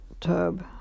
tub